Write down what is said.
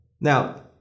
Now